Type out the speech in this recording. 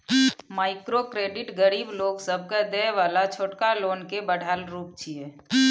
micro credit गरीब लोक सबके देय बला छोटका लोन के बढ़ायल रूप छिये